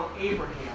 Abraham